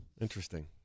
Interesting